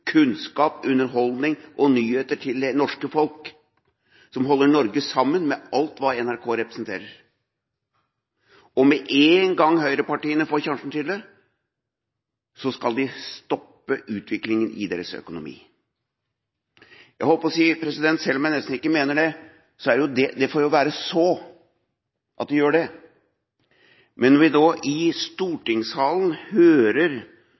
kunnskap, underholdning og nyheter til det norske folk, som holder Norge sammen, med alt det representerer. Med én gang høyrepartiene får sjansen til det, skal de stoppe utviklinga i NRKs økonomi. Jeg holdt på å si – selv om jeg nesten ikke mener det – at det får så være at de gjør det, men når vi i stortingssalen hører